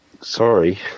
Sorry